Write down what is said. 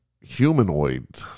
humanoid